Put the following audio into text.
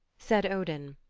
said odin,